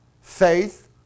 faith